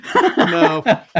No